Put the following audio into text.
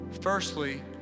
firstly